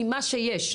ממה שיש.